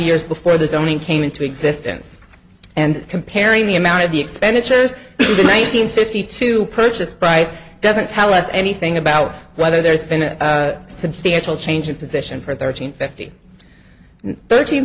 years before the zoning came into existence and comparing the amount of the expenditures to nine hundred fifty to purchase price doesn't tell us anything about whether there's been a substantial change in position for thirteen fifty thirteen